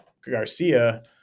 Garcia